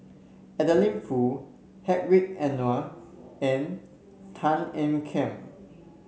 Adeline Foo Hedwig Anuar and Tan Ean Kiam